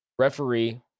Referee